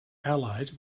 allied